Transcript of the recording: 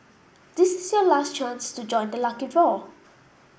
this is your last chance to join the lucky draw